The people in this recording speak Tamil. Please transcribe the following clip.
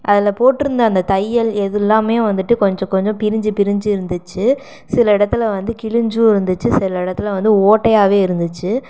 அதில் போட்டிருந்த அந்த தையல் இது எல்லாம் வந்துட்டு கொஞ்சம் கொஞ்சம் பிரிஞ்சு பிரிஞ்சு இருந்துச்சு சில எடத்தில் வந்து கிழிஞ்சும் இருந்துச்சு சில இடத்துல வந்து ஓட்டையாவே இருந்துச்சு